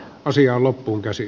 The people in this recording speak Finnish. asiaa loppuunkäsi